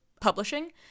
publishing